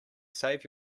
save